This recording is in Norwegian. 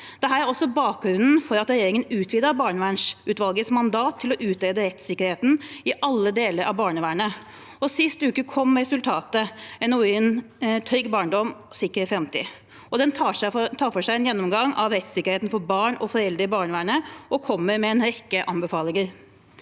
Dette er også bakgrunnen for at regjeringen utvidet barnevernsutvalgets mandat til å utrede rettssikkerheten i alle deler av barnevernet. Sist uke kom resultatet, NOU-en Trygg barndom, sikker fremtid. Den tar for seg en gjennomgang av rettssikkerheten for barn og foreldre i barnevernet og kommer med en rekke anbefalinger.